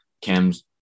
Cam's